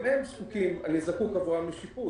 גם עבור ה-30% אני זקוק לשיפוי,